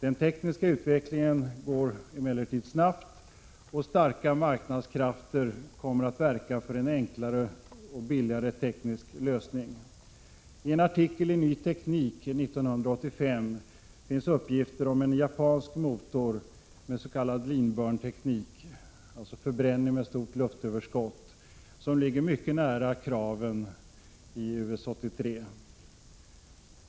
Den tekniska utvecklingen går emellertid snabbt, och starka marknadskrafter kommer att verka för enklare och billigare tekniska lösningar. En artikel i ny teknik 1985 ger uppgifter om en japansk motor med s.k. leanburnteknik, förbränning med stort luftöverskott, som ligger mycket nära kraven i US 83.